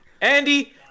Andy